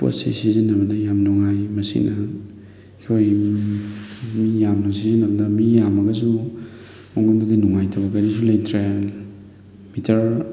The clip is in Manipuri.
ꯄꯣꯠꯁꯤ ꯁꯤꯖꯤꯟꯅꯕꯗ ꯌꯥꯝ ꯅꯨꯡꯉꯥꯏ ꯃꯁꯤꯅ ꯑꯩꯈꯣꯏ ꯃꯤ ꯌꯥꯝꯅ ꯁꯤꯖꯤꯟꯅꯕꯗ ꯃꯤ ꯌꯥꯝꯃꯒꯁꯨ ꯃꯉꯣꯟꯗꯗꯤ ꯅꯨꯡꯉꯥꯏꯇꯕ ꯀꯔꯤꯁꯨ ꯂꯩꯇ꯭ꯔꯦ ꯃꯤꯇꯔ